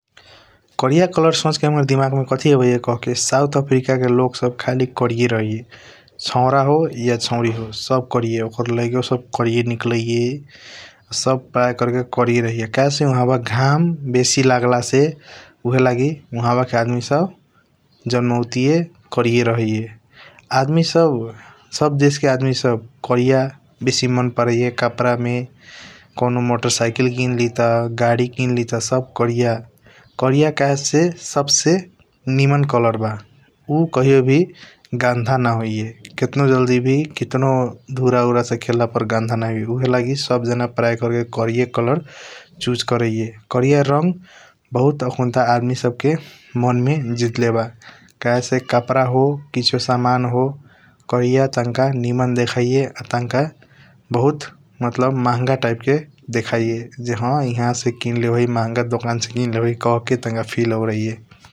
करिया कलर सोच के हाम्रा दिमाग मे काठी आबाइया कहके साउथ अफ्रीका के लोग सब खाली करिया रहैया । सौर होय सौरी हो सब करिया ओकर लैको सब करिया निकलिया सब पराया करके करिया रहैया । कहेसे उहाबा ग़म बेसी लागला से ऊहएलगी उहबके आदमी सब जन्माउतिया करिया रहैया । आदमी सब सब देश के आदमी सब करिया बेसी मन परियाईया कपड़ा मे कॉनो मोटरसाइकिल किनलित । गाड़ी किनीलित सब करिया करिया कहेस सब से निमन कलर ब उ कहियों गंध न होइया । कतनों जल्दीवी कतनों धूर से खेला पर्ल गंध न होइया उ लागि सब जाना पार्य कर के करिया चूसे करिया । करिया रंग बहुत आखुनतार आदमी सब के मान मे जीतले ब कहे से कपड़ा हो किसियों समान हो करिया टंक निमन देखिया । आतनक बहुत मतलब बहुत महंगा टाइप के देखाइया ज हा हसे किन्ले होई बहुत महंगा डोकना से किन्ले होई कहके फ़ील होई ।